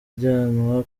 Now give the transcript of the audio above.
ajyanwa